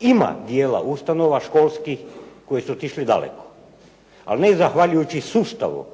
Ima dijela ustanova školskih koji su otišli daleko ali ne zahvaljujući sustavu